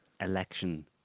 election